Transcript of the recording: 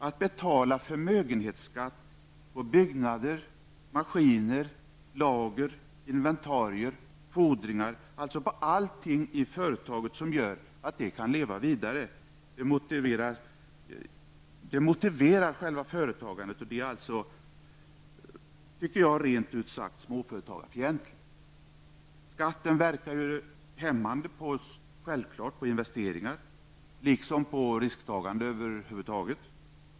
Att betala förmögenhetsskatt på byggnader, maskiner, lager, inventarier, fordringar, dvs. på allting i företaget som gör att det kan leva vidare, motverkar givetvis företagandet och är rent ut sagt småföretagarfientligt. Skatten verkar ju självfallet hämmande på investeringar och på risktagande över huvud taget.